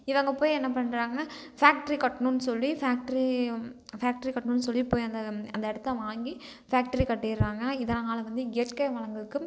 இவங்க போய் என்ன பண்ணுறாங்க ஃபேக்ட்ரி கட்டணுன்னு சொல்லி ஃபேக்ட்ரி ஃபேக்ட்ரி கட்டணுன்னு சொல்லி போய் அந்த அந்த இடத்தை வாங்கி ஃபேக்ட்ரி கட்டிடுறாங்க இதனால் வந்து இயற்கை வளங்களுக்கு